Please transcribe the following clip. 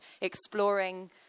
exploring